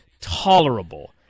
tolerable